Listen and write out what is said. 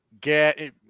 Get